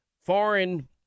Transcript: foreign